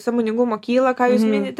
sąmoningumo kyla ką jūs minite